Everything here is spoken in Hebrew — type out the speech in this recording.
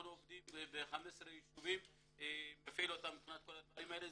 אנחנו עובדים ב-15 יישובים ומפעילים אותם מבחינת כל הדברים האלה.